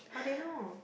how do you know